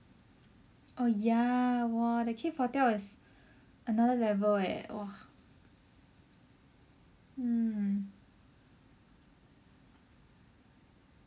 oh ya !wah! the cave hotel is another level leh !wah! mm